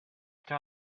into